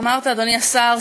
אדוני היושב-ראש,